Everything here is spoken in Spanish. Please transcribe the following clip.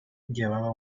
llevaba